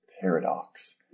paradox